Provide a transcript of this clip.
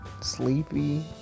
sleepy